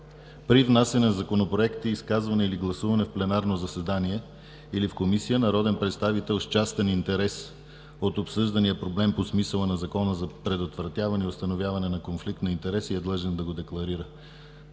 при внасяне на законопроекти, изказвания или гласуване в пленарно заседание, или в комисии, народен представител с частен интерес от обсъждания проблем – по смисъла на Закона за предотвратяване и установяване на конфликт на интереси, е длъжен да го декларира.